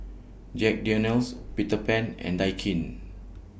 Jack Daniel's Peter Pan and Daikin